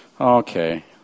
okay